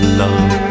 love